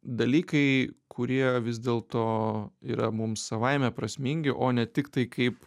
dalykai kurie vis dėl to yra mums savaime prasmingi o ne tiktai kaip